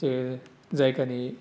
जे जायगानि